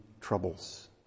troubles